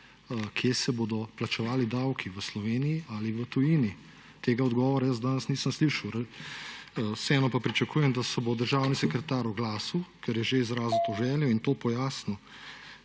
kje se bodo plačevali davki, v Sloveniji ali v tujini. Tega odgovora jaz danes nisem slišal. Vseeno pa pričakujem, da se bo državni sekretar oglasil, ker je že izrazil to željo / znak